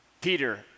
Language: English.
Peter